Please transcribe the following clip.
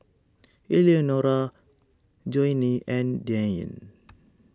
Eleanora Joanie and Diane